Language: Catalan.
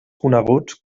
coneguts